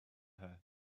her